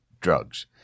drugs